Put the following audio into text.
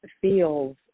feels